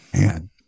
man